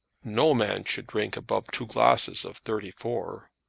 no man should drink above two glasses of thirty four.